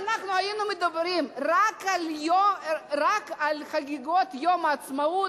אם אנחנו היינו מדברים רק על חגיגות יום העצמאות,